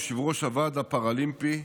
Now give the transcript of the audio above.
יו"ר הוועד הפראלימפי,